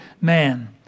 man